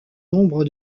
nombre